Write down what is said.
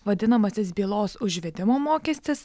vadinamasis bylos užvedimo mokestis